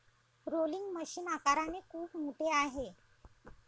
rolling machine आकाराने खूप मोठे आहे